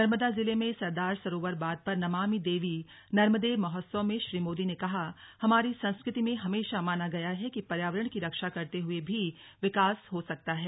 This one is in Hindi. नर्मदा जिले में सरदार सरोवर बांध पर नमामि देवी नर्मदे महोत्सव में श्री मोदी ने कहा हमारी संस्कृति में हमेशा माना गया है कि पर्यावरण की रक्षा करते हुए भी विकास हो सकता है